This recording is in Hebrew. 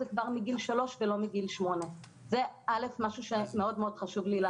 זה כבר מגיל 3 ולא מגיל 8. זה משהו שחשוב לי מאוד להגיד.